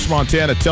Montana